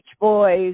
Boys